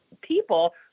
People